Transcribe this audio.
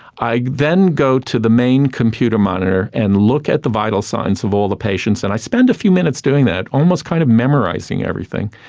i then go to the main computer monitor and look at the vital signs of all the patients, and i spend a few minutes doing that, almost kind of memorising everything.